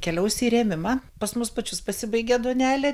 keliaus į rėmimą pas mus pačius pasibaigė duonelė